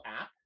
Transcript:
app